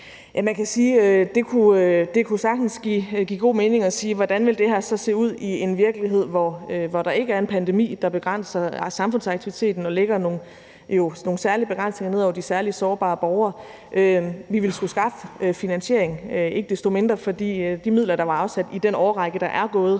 Man kan sige, at det sagtens kunne give god mening at spørge: Hvordan vil det her så se ud i en virkelighed, hvor der ikke er en pandemi, der begrænser samfundsaktiviteten og lægger nogle særlige begrænsninger ned over de særlig sårbare borgere? Vi ville skulle skaffe finansiering ikke desto mindre, fordi de midler, der var afsat i den årrække, der er gået,